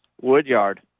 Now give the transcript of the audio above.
Woodyard